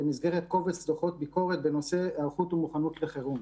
במסגרת קובץ דוחות ביקורת בנושא "היערכות ומוכנות לחירום".